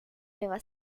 nueva